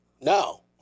no